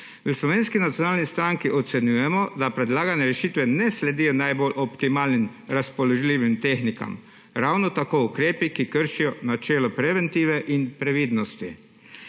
V Slovenski nacionalni stranki ocenjujemo, da predlagane rešitve ne sledijo najbolj optimalnim razpoložljivim tehnikam, ravno tako ukrepi, ki kršijo načelo preventive in previdnosti.